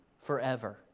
forever